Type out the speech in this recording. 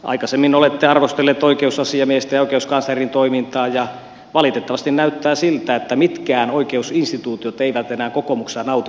aikaisemmin olette arvostelleet oikeusasiamiestä ja oikeuskanslerin toimintaa ja valitettavasti näyttää siltä että mitkään oikeusinstituutiot eivät enää kokoomuksessa nauti arvostusta